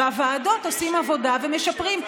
בוועדות עושים עבודה ומשפרים.